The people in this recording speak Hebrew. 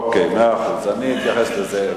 מאה אחוז, אני אתייחס לזה.